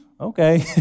Okay